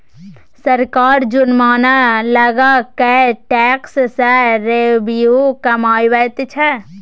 सरकार जुर्माना लगा कय टैक्स सँ रेवेन्यू कमाबैत छै